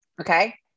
Okay